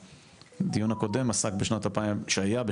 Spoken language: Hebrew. הדיון הקודם התייחס לשנת 2020,